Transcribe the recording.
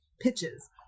pitches